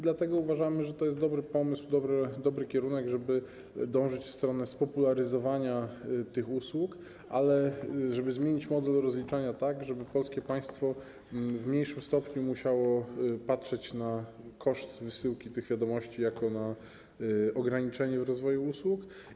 Dlatego uważamy, że to jest dobry pomysł, dobry kierunek, żeby dążyć w stronę spopularyzowania tych usług, ale tak żeby zmienić model rozliczania, żeby polskie państwo w mniejszym stopniu musiało patrzeć na koszt wysyłki tych wiadomości jako na ograniczenie rozwoju usług.